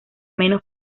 menos